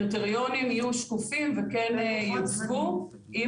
ושהקריטריונים יהיו שקופים וכן יוצגו עם